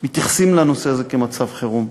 מתייחסים לנושא הזה כאל מצב חירום.